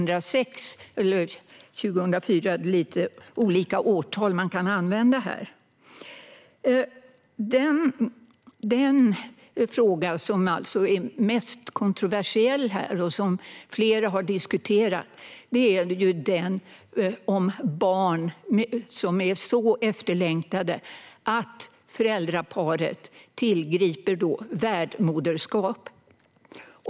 Den kom först 2004 eller 2006 - man kan använda lite olika årtal här. Den fråga som är mest kontroversiell här och som flera har tagit upp handlar om barn som är så efterlängtade att föräldraparet tillgriper värdmoderskap.